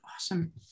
Awesome